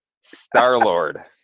Star-Lord